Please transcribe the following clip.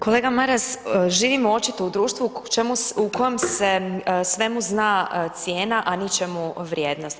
Kolega Maras, živimo očito u društvu u kojem se svemu zna cijena, a ničemu vrijednost.